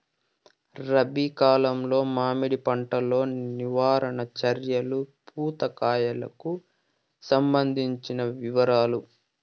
రబి కాలంలో మామిడి పంట లో నివారణ చర్యలు పూత కాయలకు సంబంధించిన వివరాలు?